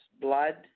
Blood